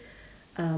um